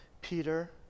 Peter